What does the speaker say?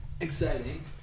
exciting